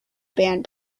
band